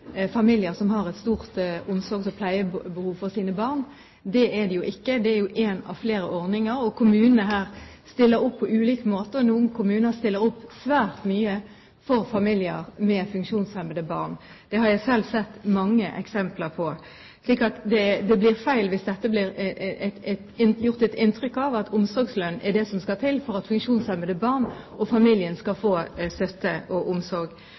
familier som har et stort omsorgs- og pleiebehov for sine barn. Det er det jo ikke. Den er én av flere ordninger, og kommunene stiller opp på ulik måte. Noen kommuner stiller opp svært mye for familier med funksjonshemmede barn. Det har jeg selv sett mange eksempler på. Det blir feil hvis det blir skapt et inntrykk av at omsorgslønn er det som skal til for at funksjonshemmede barn og familien skal få støtte og omsorg.